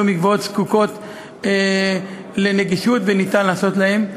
מקוואות זקוקות לנגישות וניתן לעשות בהם.